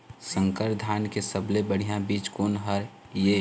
संकर धान के सबले बढ़िया बीज कोन हर ये?